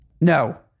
No